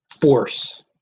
force